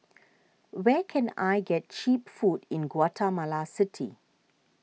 where can I get Cheap Food in Guatemala City